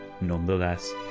nonetheless